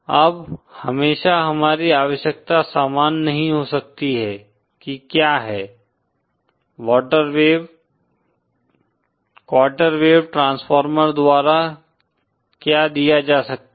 अब हमेशा हमारी आवश्यकता समान नहीं हो सकती है कि क्या है क्वार्टर वेव ट्रांसफार्मर द्वारा क्या दिया जा सकता है